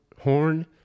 horn